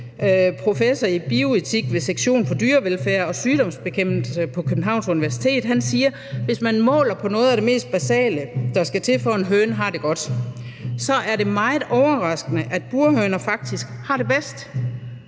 professor i bioetik ved Sektion for Dyrevelfærd og sygdomsbekæmpelse på Københavns Universitet, siger: Når man måler på noget af det mest basale, der skal til, for at en høne har det godt, så er det meget overraskende, at burhøner faktisk har det bedst.